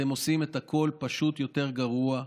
אתם עושים את הכול פשוט יותר גרוע,